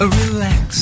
relax